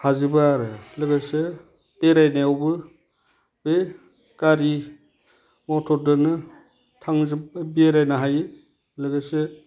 हाजोबो आरो लोगोसे बेरायनायावबो बे गारि मटरदोंनो थांजोब बेरायनो हायो लोगोसे